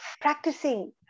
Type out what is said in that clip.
Practicing